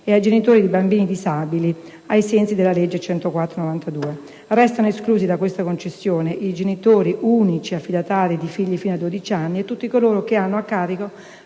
ed ai genitori di bambini disabili, ai sensi della legge n. 104 del 1992. Restano esclusi da questa concessione i genitori unici affidatari di figli fino ai dodici anni, e tutti coloro che hanno a carico